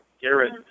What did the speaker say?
Garrett